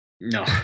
No